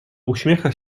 uśmiecha